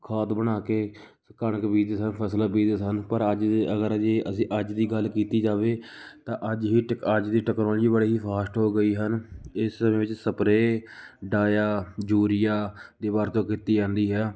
ਖਾਦ ਬਣਾ ਕੇ ਕਣਕ ਬੀਜਦੇ ਸਨ ਫਸਲਾਂ ਬੀਜਦੇ ਸਨ ਪਰ ਅੱਜ ਦੀ ਅਗਰ ਜੇ ਅਸੀਂ ਅੱਜ ਦੀ ਗੱਲ ਕੀਤੀ ਜਾਵੇ ਤਾਂ ਅੱਜ ਹੀ ਟ ਅੱਜ ਦੀ ਟੈਕਨੋਲਜੀ ਬੜੀ ਹੀ ਫਾਸਟ ਹੋ ਗਈ ਹਨ ਇਸ ਸਮੇਂ ਵਿੱਚ ਸਪਰੇਅ ਡਾਇਆ ਯੂਰੀਆ ਦੀ ਵਰਤੋਂ ਕੀਤੀ ਜਾਂਦੀ ਹੈ